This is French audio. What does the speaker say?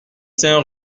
cinq